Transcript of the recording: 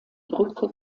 brücke